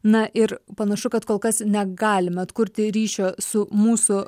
na ir panašu kad kol kas negalime atkurti ryšio su mūsų